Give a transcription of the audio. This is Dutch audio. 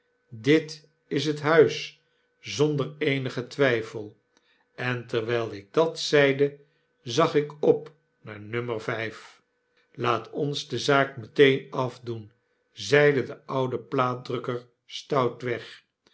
dit is het huis zonder eenigen twyfel en terwijl ik dat zeide zag ik op naar nummer vijf laat ons de zaak meteen afdoen zeide de oude plaatdrukker stoutweg